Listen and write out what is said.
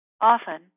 Often